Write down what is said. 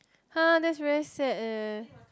[huh] that's very sad leh